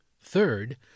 Third